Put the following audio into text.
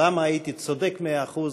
למה הייתי צודק במאה אחוז,